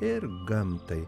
ir gamtai